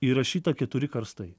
įrašyta keturi karstai